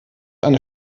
eine